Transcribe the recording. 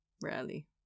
rarely